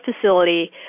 facility